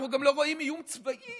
אנחנו גם לא רואים איום צבאי